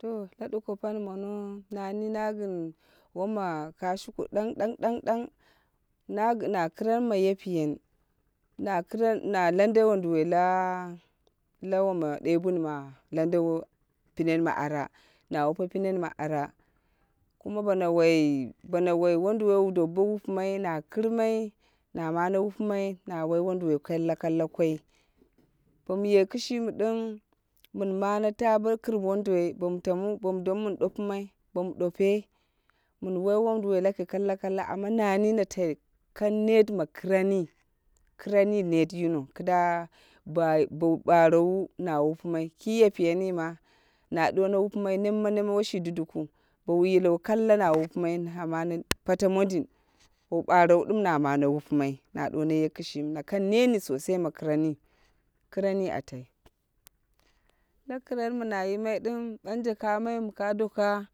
To la duko pani mono nani na gin woma kashiku ɗang ɗang ɗang ɗang. Na kiran ma yapiyen, na kiran, na lande wondiwoi laa woma debuni ma lande pinen ma ara. Na wupe pinen ma ara. Kuma bono wai bono wai wonduwoi wu dow bo wupumai na kirmai na mane wupimai na wai wonduwoi kalla kalla koi. Bom ye kishimi dim min mane ta bo kir wonduwoi bom tamu bom domo min ɗopumai bomu ɗope min wai wonduwoi laki kalla kalla, amma nani na tai kangnet ma kiranni, kiranni net yino kida bou barowu na wupima. Ki yapiyen ma na duwono wupimai nemma nemma woshi dudukwu bow yilewu kalla na wupimai na mane pate mondin dou barewu din na mane wupimai na duwono ye kishimi na kang net ni sosai ma kiranni, kiranni a tai. La kiran mi na yimai dim banje kamai mi ka doka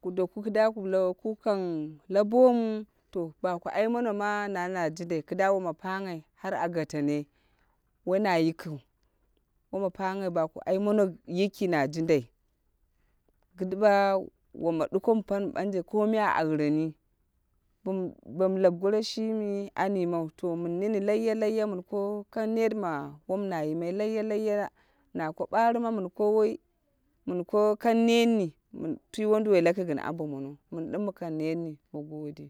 ku doku kiduwa bla ku kang la bomu to ba ku aimono ma nani na jindai kidiwa woma panghai baku aimono yiki na jindai. Kiduwo woma duko ma pani banje kome a aureni bo mu lau goro shimi an yimau to min nini leyya leyya min ko kang net ma wom na yimai leyya leyya na ko barima mun ko woi mun ko kang net ni mun twi wonduwoi laki gin ambo mono min dim mu kang net ni. Mu gode.